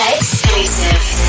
Exclusive